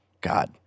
God